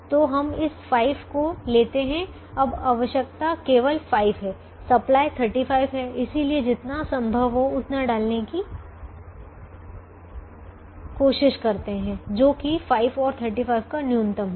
तो हम इस 5 को लेते हैं अब आवश्यकता केवल 5 है सप्लाई 35 है इसलिए जितना संभव हो उतना डालने की कोशिश करते हैं जो कि 5 और 35 का न्यूनतम हो